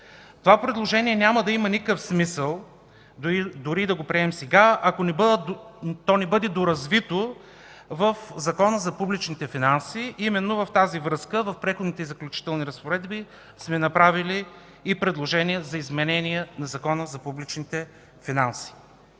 Това предложение няма да има никакъв смисъл, дори да го приемем сега, ако не бъде доразвито в Закона за публичните финанси. Именно в тази връзка в Преходните и заключителните разпоредби сме направили и предложения за изменения на Закона за публичните финанси.